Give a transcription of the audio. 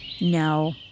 No